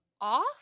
off